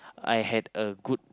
I had a good